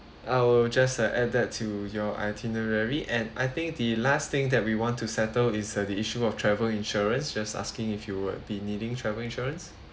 I will just uh add that to your itinerary and I think the last thing that we want to settle is uh the issue of travel insurance just asking if you would be needing travel insurance